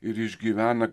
ir išgyvena